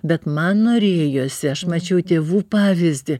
bet man norėjosi aš mačiau tėvų pavyzdį